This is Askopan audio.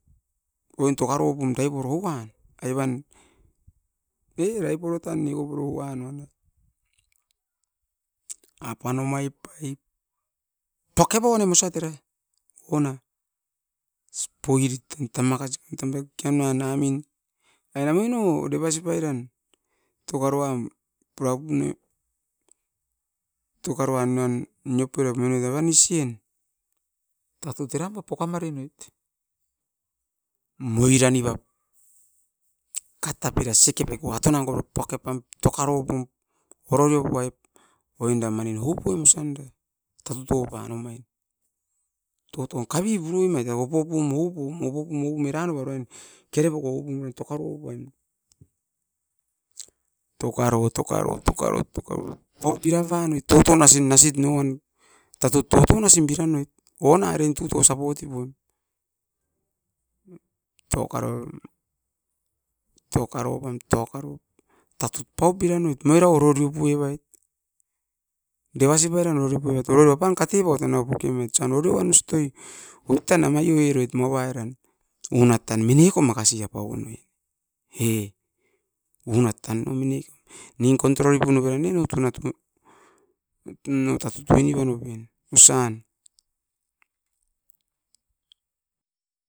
Oin tokaro pum daipoi ouan, apan omai pai poke ponem osat era, omain tan tamakasi. Kianuan moin devasi pairan tokaroan pura pueroit, moinoit evan isien, tatut era ma poka mare pipiom, moiran niva, sikepen, atonan maras era. Toka ropam ororio poieroit oinda daipol oupuim era, eran noa kere poko oupam ne pau nevait. Tokaro, kere poko oupam ne pau nevait. Tokaro, bira poi. Oin tan oit pura puevait, unat tan mineko control pueroit tan. Mine tan unatom no tatut pura popen.